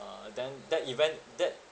uh then that event that